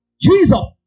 Jesus